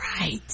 Right